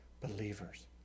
believers